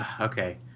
okay